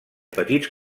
petits